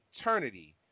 eternity